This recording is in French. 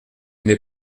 n’est